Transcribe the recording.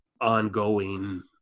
ongoing